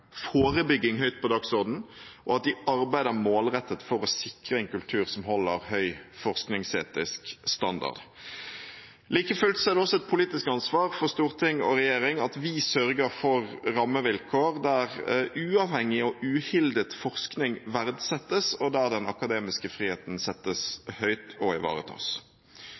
forebygging høyt på dagsordenen, og at de arbeider målrettet for å sikre en kultur som holder høy forskningsetisk standard. Like fullt er det også et politisk ansvar for storting og regjering at vi sørger for rammevilkår der uavhengig og uhildet forskning verdsettes, og der den akademiske friheten settes høyt og ivaretas.